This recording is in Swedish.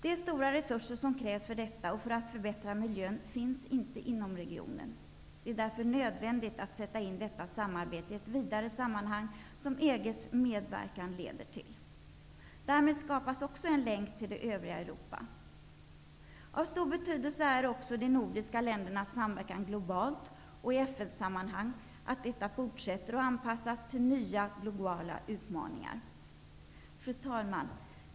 De stora resurser som krävs för detta och för att förbättra miljön finns inte inom regionen. Det är därför nödvändigt att sätta in detta samarbete i ett vidare sammanhang, vilket EG:s medverkan leder till. Därmed skapas också en länk till det övriga Av stor betydelse är även att de nordiska ländernas samverkan globalt och i FN-sammanhang fortsätter och anpassas till nya globala utmaningar. Fru talman!